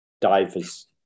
divers